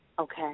Okay